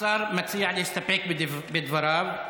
השר מציע להסתפק בדבריו.